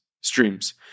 streams